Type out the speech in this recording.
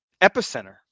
epicenter